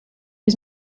was